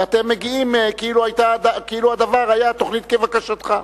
ואתם מגיעים כאילו הדבר היה תוכנית כבקשתך.